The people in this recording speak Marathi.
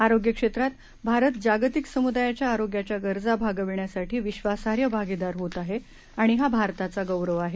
आरोग्य क्षेत्रांत भारत जागतिक समुदायाच्या आरोग्याच्या गरजा भागविण्यासाठी विश्वासार्ह भागीदार होत आहे आणि हा भारताचा गौरव आहे